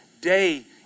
day